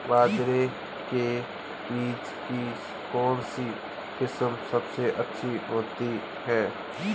बाजरे के बीज की कौनसी किस्म सबसे अच्छी होती है?